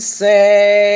say